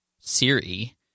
Siri